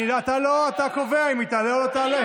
לא אתה קובע אם היא תעלה או לא תעלה.